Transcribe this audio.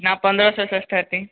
हाँ पंद्रह सौ से इस्टार्टिंग